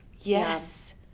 yes